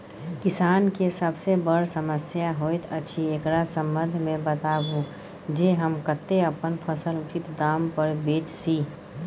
किसान के सबसे बर समस्या होयत अछि, एकरा संबंध मे बताबू जे हम कत्ते अपन फसल उचित दाम पर बेच सी?